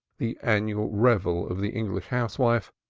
the annual revel of the english housewife,